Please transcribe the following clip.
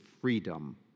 freedom